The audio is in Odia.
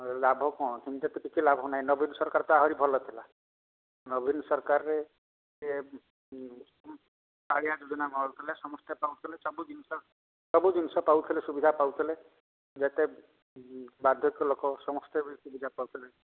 ଲାଭ କ'ଣ ସେମିତି ତ କିଛି ଲାଭ ନାହିଁ ନବୀନ ସରକାର ତ ଆହୁରି ଭଲ ଥିଲା ନବୀନ ସରକାରରେ କାଳିଆ ଯୋଜନା ନେଉଥିଲେ ସମସ୍ତେ ପାଉଥିଲେ ସବୁ ଜିନିଷ ସବୁ ଜିନିଷ ପାଉଥିଲେ ସୁବିଧା ପାଉଥିଲେ ଯେତେ ବୁଢ଼ା ଲୋକ ସମସ୍ତେ ବି ସୁବିଧା ପାଉଥିଲେ